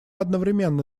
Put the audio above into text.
одновременно